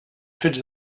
fets